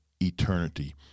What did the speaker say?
eternity